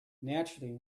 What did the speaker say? naturally